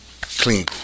Clean